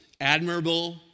admirable